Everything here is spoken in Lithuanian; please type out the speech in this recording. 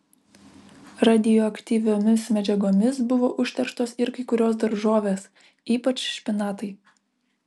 radioaktyviomis medžiagomis buvo užterštos ir kai kurios daržovės ypač špinatai